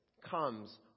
comes